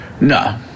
No